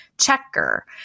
checker